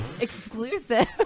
Exclusive